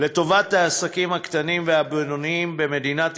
לטובת העסקים הקטנים והבינוניים במדינת